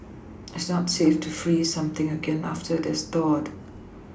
it's not safe to freeze something again after that thawed